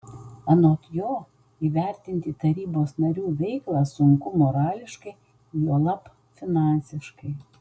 anot jo įvertinti tarybos narių veiklą sunku morališkai juolab finansiškai